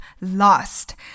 Lost